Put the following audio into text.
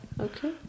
okay